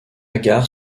gare